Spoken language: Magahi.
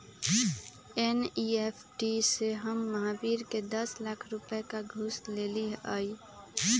एन.ई.एफ़.टी से हम महावीर के दस लाख रुपए का घुस देलीअई